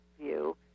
view